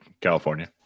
California